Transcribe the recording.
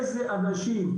איזה אנשים,